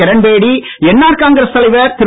Kiran Bedi NR Congress தலைவர் திரு